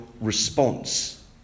response